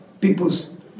people's